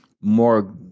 more